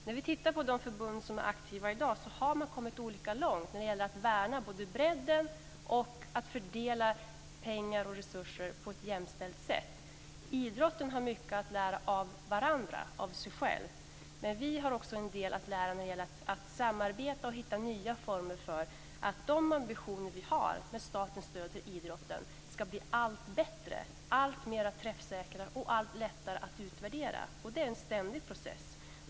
När vi ser på de förbund som i dag är aktiva finner man att de har kommit olika långt när det gäller att värna bredden och att fördela pengar och resurser på ett jämställt sätt. Idrottarna har mycket att lära av varandra om sig själva, men vi har också en del att lära när det gäller att samarbeta och hitta nya former för att de ambitioner som vi har med statens stöd till idrotten ska bli allt bättre, alltmer träffsäkra och allt lättare att utvärdera. Det är en ständig process.